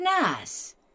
nice